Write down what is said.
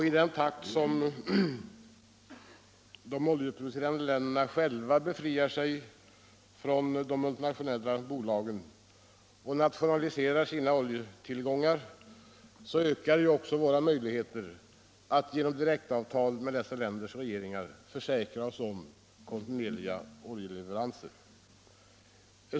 I den takt som de oljeproducerande länderna själva befriar sig från de internationella bolagen och nationaliserar sin oljeindustri ökar ju också våra möjligheter att genom direktavtal med dessa länders regeringar försäkra oss om kontinuerliga oljeleveranser.